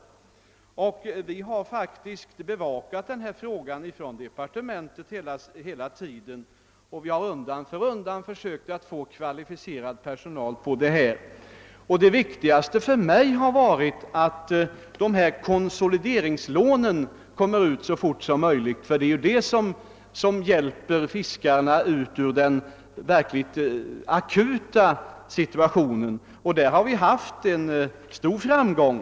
Departementet har faktiskt bevakat denna fråga hela tiden, och har undan för undan försökt att få kvalificerad personal. Det viktigaste för mig har varit att konsolideringslånen lämnas så fort som möjligt, ty det är ju dessa som kan hjälpa fiskarna ur den verkligt akuta situationen. På detta område har vi också haft stor framgång.